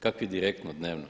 Kakvi direktno, dnevno.